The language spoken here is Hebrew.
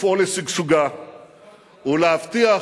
לפעול לשגשוגה ולהבטיח